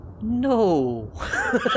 No